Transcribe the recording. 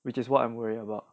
which is what I'm worried about